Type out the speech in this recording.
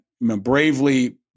bravely